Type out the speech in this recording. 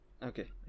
Okay